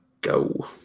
Go